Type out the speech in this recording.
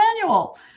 manual